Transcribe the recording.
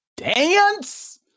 Dance